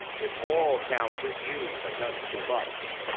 if all count with you but none too much,